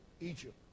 Egypt